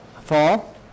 fall